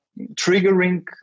triggering